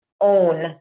own